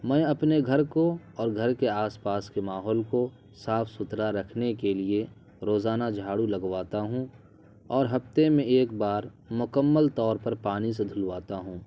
میں اپنے گھر کو اور گھر کے آس پاس کے ماحول کو صاف ستھرا رکھنے کے لیے روزانہ جھاڑو لگواتا ہوں اور ہفتے میں ایک بار مکمل طور پر پانی سے دھلواتا ہوں